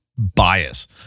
Bias